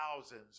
thousands